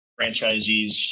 franchisees